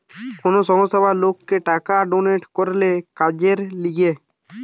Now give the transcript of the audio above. কোন সংস্থা বা লোককে টাকা ডোনেট করলে কাজের লিগে